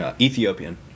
Ethiopian